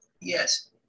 Yes